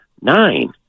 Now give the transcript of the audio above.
Nine